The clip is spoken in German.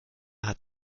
hat